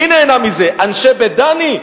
מי נהנה מזה, אנשי "בית דני"?